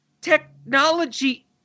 technology